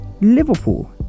Liverpool